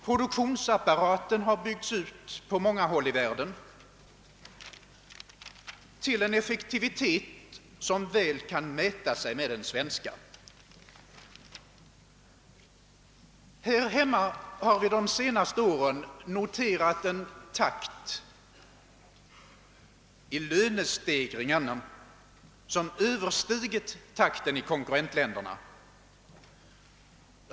Produktionsapparaten har på många håll i världen byggts ut till en effektivitet som väl kan mäta sig med den svenska. Här hemma har vi de senaste åren note rat en takt i lönestegringarna som Ööverstiger takten i konkurrentländerna.